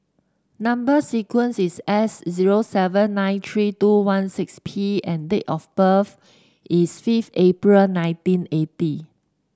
number sequence is S zero seven nine three two one six P and date of birth is fifth April nineteen eighty